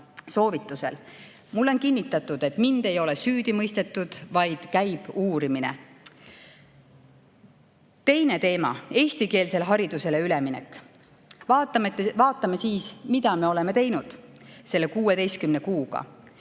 laiendasime. Mulle on kinnitatud, et mind ei ole süüdi mõistetud, vaid käib uurimine. Teine teema, eestikeelsele haridusele üleminek. Vaatame siis, mida me oleme teinud selle 16 kuuga.